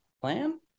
plan